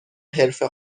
حرفه